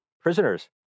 prisoners